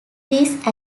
these